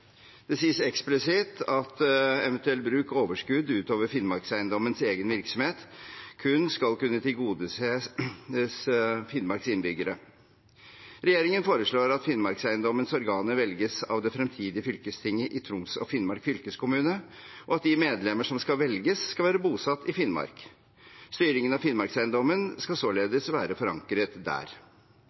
Det sies eksplisitt at eventuell bruk av overskudd av Finnmarkseiendommens egen virksomhet kun skal kunne tilgodeses Finnmarks innbyggere. Regjeringen foreslår at Finnmarkseiendommens organer velges av det fremtidige fylkestinget i Troms og Finnmark fylkeskommune, og at de medlemmene som skal velges, skal være bosatt i Finnmark. Styringen av Finnmarkseiendommen skal således være forankret der.